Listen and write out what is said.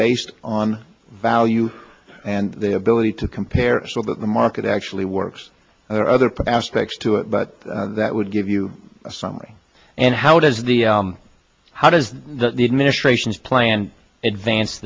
based on value and the ability to compare the market actually works or other prospects to it but that would give you a summary and how does the how does the administration's plan advance